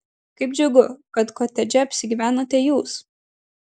kaip džiugu kad kotedže apsigyvenote jūs